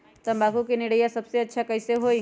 तम्बाकू के निरैया सबसे अच्छा कई से होई?